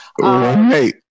Right